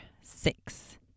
six